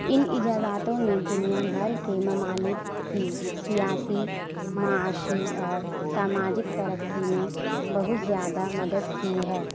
ان ایجاداتوں نے دنیا بھر کے ممالک کی سیاسی معاشی اور ساماجک ترقی میں بہت زیادہ مدد کی ہے